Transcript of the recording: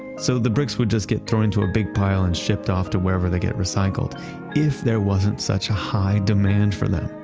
so the bricks would just get thrown into a big pile and shipped off to wherever they get recycled if there wasn't such a high demand for them.